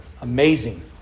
Amazing